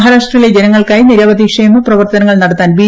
മഹാരാഷ്ട്രയിലെ ജനങ്ങൾക്കായി നിരവധി ക്ഷേമ പ്രവർത്തനങ്ങൾ നടത്താൻ ബി